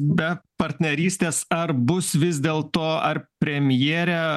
be partnerystės ar bus vis dėl to ar premjerė